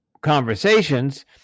conversations